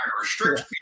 restrict